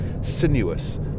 sinuous